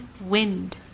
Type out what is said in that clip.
wind